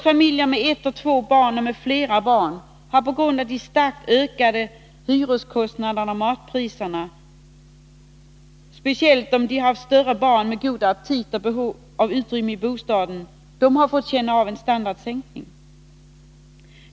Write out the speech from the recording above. Familjer med ett, två och flera barn har på grund av de starkt ökade hyreskostnaderna och matpriserna — speciellt om de haft större barn med god aptit och behov av utrymme i bostaden — fått känna av en standardsänkning.